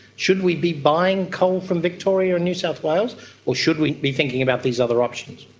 should we be buying coal from victoria and new south wales or should we be thinking about these other options?